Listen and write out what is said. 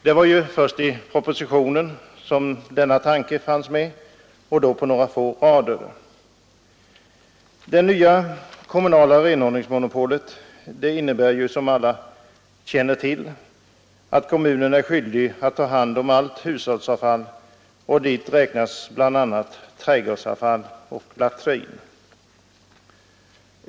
Det var först i propositionen som denna tanke fanns med och då på några få rader. Det nya kommunala renhållningsmonopolet innebär, som alla känner till, att kommunen är skyldig att ta hand om allt hushållsavfall, och dit räknas bl.a. trädgårdsavfall och latrin.